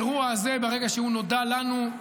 ברגע שהאירוע הזה נודע לנו,